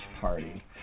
Party